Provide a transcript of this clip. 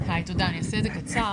היי, תודה, אני אעשה את זה קצר.